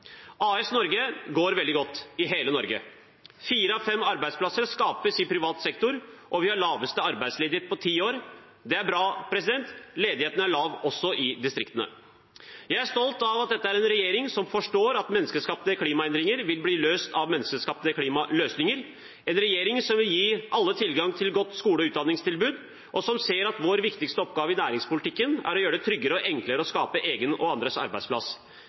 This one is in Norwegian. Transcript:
AS Norge går veldig godt i hele landet. Fire av fem arbeidsplasser skapes i privat sektor, og vi har laveste arbeidsledighet på ti år. Det er bra. Ledigheten er lav også i distriktene. Jeg er stolt av at dette er en regjering som forstår at menneskeskapte klimaendringer vil bli løst av menneskeskapte klimaløsninger – en regjering som vil gi alle tilgang til et godt skole- og utdanningstilbud, og som ser at vår viktigste oppgave i næringspolitikken er å gjøre det tryggere og enklere å skape egen og andres arbeidsplass.